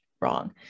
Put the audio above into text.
wrong